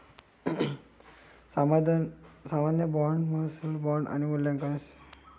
सामान्य बाँड, महसूल बाँड आणि मूल्यांकन बाँड अशे बाँडचे साधारण प्रकार आसत